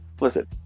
Listen